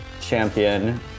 champion